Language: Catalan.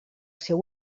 seu